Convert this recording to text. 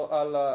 al